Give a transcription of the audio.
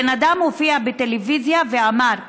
הבן אדם הופיע בטלוויזיה ואמר: